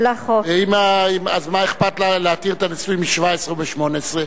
אז מה אכפת לה להתיר את הנישואין מ-17 ו-18?